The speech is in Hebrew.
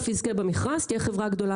הגיע הזמן והגיעה השעה לקחת את זה לתשומת לב.